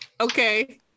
Okay